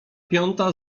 piąta